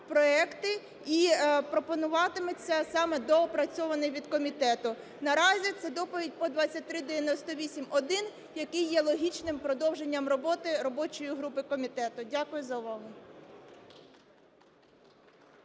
і пропонуватиметься саме доопрацьований від комітету. Наразі це доповідь по 2398-1, який є логічним продовженням роботи робочої групи комітету. Дякую за увагу.